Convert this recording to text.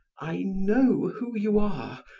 i know who you are,